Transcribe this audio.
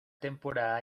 temporada